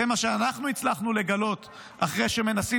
זה מה שאנחנו הצלחנו לגלות אחרי שמנסים